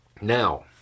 Now